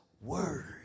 Word